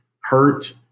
hurt